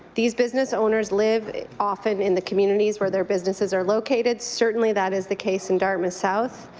these business owners live often in the communities where their businesses are located, certainly that is the case in dartmouth south.